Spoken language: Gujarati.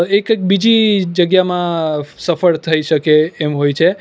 એક એક બીજી જગ્યામાં સફળ થઈ શકે એમ હોય છે